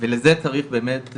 ולזה צריך באמת,